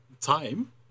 time